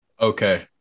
Okay